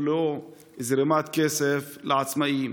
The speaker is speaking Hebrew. תודה, חבר הכנסת יבגני סובה.